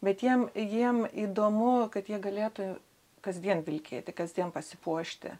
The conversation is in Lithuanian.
bet jiem jiems įdomu kad jie galėtų kasdien vilkėti kasdien pasipuošti